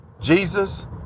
Jesus